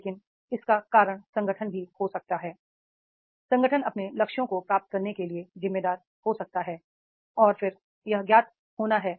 लेकिन इसका कारण संगठन भी हो सकते हैI संगठन अपने लक्ष्यों को प्राप्त करने के लिए जिम्मेदार हो सकता है और फिर यह ज्ञात होना है